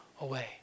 away